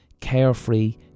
carefree